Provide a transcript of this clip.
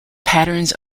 patterns